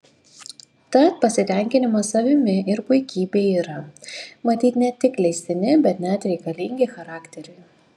tad pasitenkinimas savimi ir puikybė yra matyt ne tik leistini bet net reikalingi charakteriui